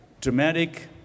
dramatic